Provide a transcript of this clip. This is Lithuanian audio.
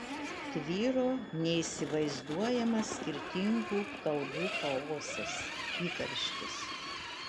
tvyro neįsivaizduojamas skirtingų kalbų chaosas įkarštis